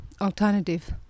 alternative